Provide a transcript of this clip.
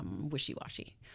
wishy-washy